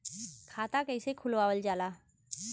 खाता कइसे खुलावल जाला?